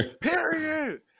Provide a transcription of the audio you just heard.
period